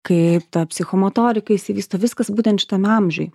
kai psichomotorika išsivysto viskas būtent šitame amžiuj